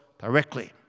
directly